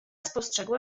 spostrzegła